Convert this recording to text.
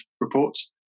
reports